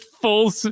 full